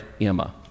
Emma